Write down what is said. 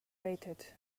waited